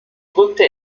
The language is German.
drückte